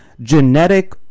genetic